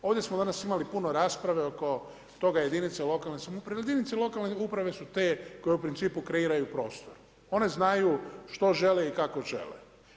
Ovdje smo danas imali puno rasprave oko toga, jedinice lokalne samouprave, jedinice lokalne uprave su te koje u principu kreiraju prostor. one znaju što žele i kako žele.